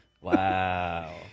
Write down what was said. Wow